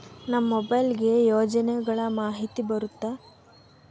ನಮ್ ಮೊಬೈಲ್ ಗೆ ಯೋಜನೆ ಗಳಮಾಹಿತಿ ಬರುತ್ತ?